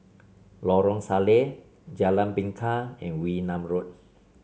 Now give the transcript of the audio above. Lorong Salleh Jalan Bingka and Wee Nam Road